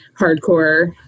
hardcore